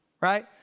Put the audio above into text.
right